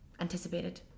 anticipated